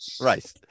right